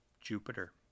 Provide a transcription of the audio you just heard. Jupiter